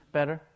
Better